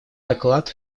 доклад